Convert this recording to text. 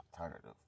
alternative